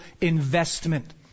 investment